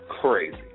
crazy